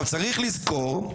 צריך לזכור,